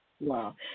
Wow